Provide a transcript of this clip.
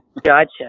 Gotcha